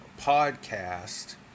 podcast